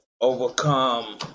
overcome